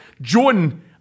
Jordan